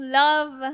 love